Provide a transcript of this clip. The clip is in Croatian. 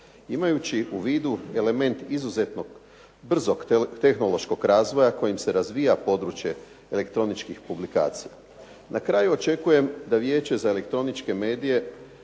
imajući u vidu element izuzetno brzo tehnološkog razvoja kojim se razvija područje elektroničkih publikacija. Na kraju, očekujem da Vijeće za elektroničke medije